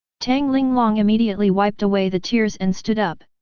tang linglong immediately wiped away the tears and stood up,